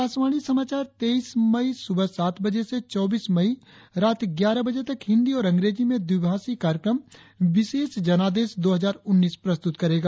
आकाशवाणी समाचार तेईस मई सुबह सात बजे से चौबीस मई रात ग्यारह बजे तक हिंदी और अंग्रेजी में द्विभाषीय कार्यक्रम विशेष जनादेश दो हजार उन्नीस प्रस्तुत करेगा